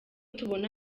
tubona